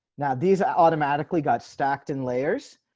now these automatically got stacked and layers.